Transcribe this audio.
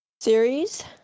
series